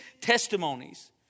testimonies